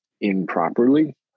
improperly